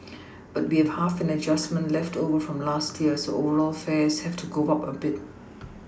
but we have half an adjustment left over from last year so overall fares have to go up a bit